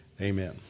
Amen